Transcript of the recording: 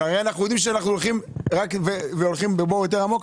אבל אנחנו הרי יודעים שאנחנו הולכים רק הולכים בבור יותר עמוק.